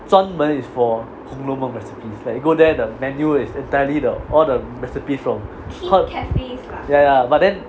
专门 is for 红楼梦 recipes like you go there the menu is entirely the all the recipe from ya ya but then